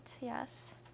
Yes